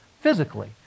physically